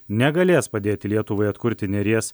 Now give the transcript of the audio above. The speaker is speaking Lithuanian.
negalės padėti lietuvai atkurti neries